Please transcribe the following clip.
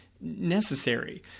necessary